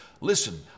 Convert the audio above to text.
Listen